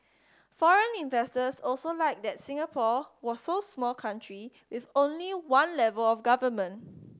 foreign investors also liked that Singapore was so small country with only one level of government